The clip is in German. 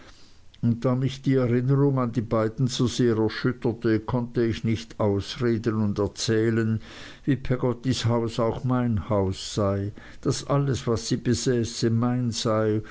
und da mich die erinnerung an die beiden so sehr erschütterte konnte ich nicht ausreden und erzählen wie peggottys haus auch mein haus sei daß alles was sie besäße mein sei